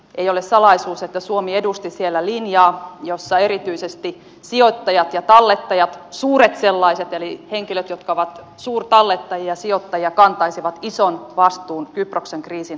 ei ole salaisuus että suomi edusti siellä linjaa jossa erityisesti sijoittajat ja tallettajat suuret sellaiset eli henkilöt jotka ovat suurtallettajia sijoittajia kantaisivat ison vastuun kyproksen kriisin hoitamisesta